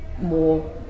more